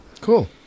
Cool